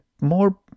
more